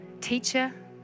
teacher